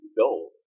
gold